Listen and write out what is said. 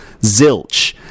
Zilch